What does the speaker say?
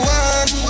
one